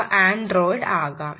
അവ Android ആകാം